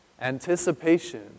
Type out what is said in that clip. Anticipation